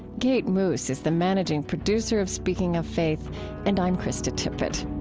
kate moos is the managing producer of speaking of faith and i'm krista tippett